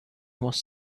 was